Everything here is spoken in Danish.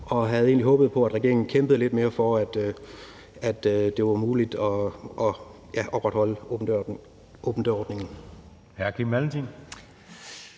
vi havde egentlig håbet på, at regeringen kæmpede lidt mere for, at det var muligt at opretholde åben dør-ordningen.